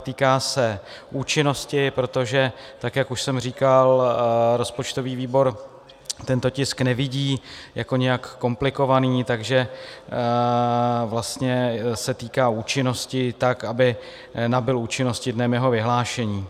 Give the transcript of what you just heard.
Týká se účinnosti, protože tak jak už jsem říkal, rozpočtový výbor tento tisk nevidí jako nijak komplikovaný, takže vlastně se týká účinnosti tak, aby nabyl účinnosti dnem jeho vyhlášení.